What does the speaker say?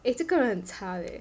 eh 这个人很差 leh